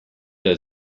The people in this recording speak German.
der